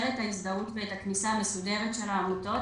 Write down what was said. את ההזדהות ואת הכניסה המסודרת של העמותות.